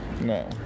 no